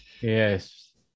Yes